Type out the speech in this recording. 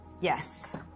Yes